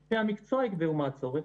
שאנשי המקצוע יקבעו מה הצורך